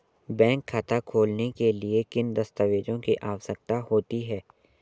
Bank खाता खोलने के लिए किन दस्तावेज़ों की आवश्यकता होती है?